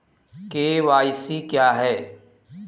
KYC क्या है?